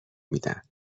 میدن